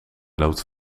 loopt